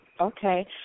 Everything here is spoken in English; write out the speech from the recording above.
Okay